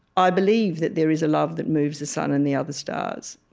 i believe that there is a love that moves the sun and the other stars.